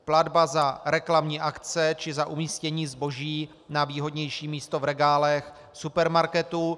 Platba za reklamní akce či za umístění zboží na výhodnější místo v regálech supermarketu.